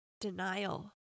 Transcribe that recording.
denial